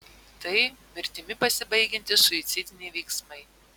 tai mirtimi pasibaigiantys suicidiniai veiksmai